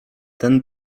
ten